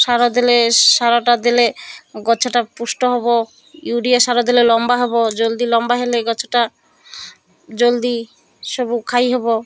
ସାର ଦେଲେ ସାରଟା ଦେଲେ ଗଛଟା ପୁଷ୍ଟ ହେବ ୟୁରିଆ ସାର ଦେଲେ ଲମ୍ବା ହେବ ଜଲ୍ଦି ଲମ୍ବା ହେଲେ ଗଛଟା ଜଲ୍ଦି ସବୁ ଖାଇ ହେବ